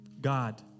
God